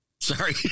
sorry